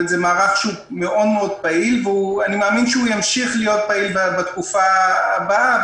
זה מערך מאוד מאוד פעיל ואני מאמין שהוא ימשיך להיות פעיל בתקופה הבאה,